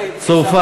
מה,